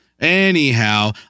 Anyhow